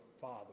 Father